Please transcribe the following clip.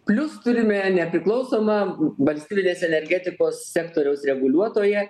plius turime nepriklausomą valstybinės energetikos sektoriaus reguliuotoją